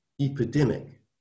epidemic